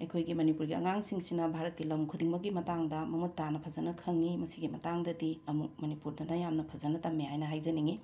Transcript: ꯑꯩꯈꯣꯏꯒꯤ ꯃꯅꯤꯄꯨꯔꯒꯤ ꯑꯉꯥꯡꯁꯤꯡꯁꯤꯅ ꯚꯥꯔꯠꯀꯤ ꯂꯝꯈꯨꯗꯤꯡꯃꯛꯀꯤ ꯃꯇꯥꯡꯗ ꯃꯃꯨꯠ ꯇꯥꯅ ꯐꯖꯅ ꯈꯪꯏ ꯃꯁꯤꯒꯤ ꯃꯇꯥꯡꯗꯗꯤ ꯑꯃꯨꯛ ꯃꯅꯤꯄꯨꯔꯗꯅ ꯌꯥꯝꯅ ꯐꯖꯅ ꯇꯝꯃꯦ ꯍꯥꯏꯅ ꯍꯥꯏꯖꯅꯤꯡꯏ